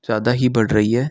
ज़्यादा ही बढ़ रही है